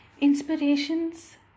Inspirations